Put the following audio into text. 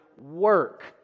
work